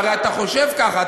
הרי אתה חושב ככה,